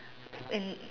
in